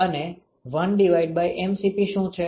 અને 1mCp શું છે